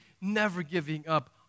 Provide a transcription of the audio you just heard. never-giving-up